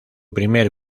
primer